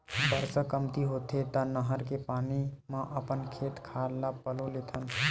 बरसा कमती होथे त नहर के पानी म अपन खेत खार ल पलो लेथन